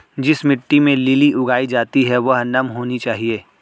जिस मिट्टी में लिली उगाई जाती है वह नम होनी चाहिए